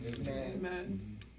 Amen